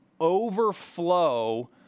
overflow